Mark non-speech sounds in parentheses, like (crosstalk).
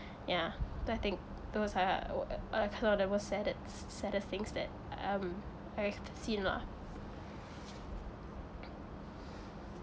yeah so I think those are s~ saddest things that um I've seen lah (noise)